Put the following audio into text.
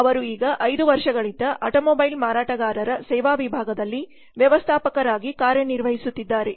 ಅವರು ಈಗ 5 ವರ್ಷಗಳಿಂದ ಆಟೋಮೊಬೈಲ್ ಮಾರಾಟಗಾರರ ಸೇವಾ ವಿಭಾಗದಲ್ಲಿ ವ್ಯವಸ್ಥಾಪಕರಾಗಿ ಕಾರ್ಯನಿರ್ವಹಿಸುತ್ತಿದ್ದಾರೆ